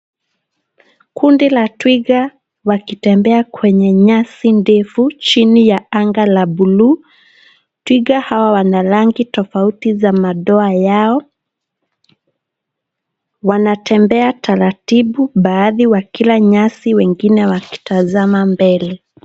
Kundi la twiga wakitembea kwenye nyasi ndefu chini ya anga la buluu. Twiga hawa wana rangi tofauti za madoa yao. Wanatembea taratibu baadhi ya kila nyasi wengine wakitazama mbele.